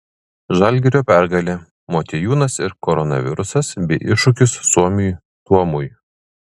žalgirio pergalė motiejūnas ir koronavirusas bei iššūkis suomiui tuomui